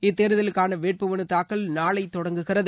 இத்தேர்தலுக்கான வேட்பு மனு தாக்கல் நாளை தொடங்குகிறது